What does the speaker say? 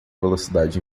velocidade